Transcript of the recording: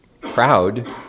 proud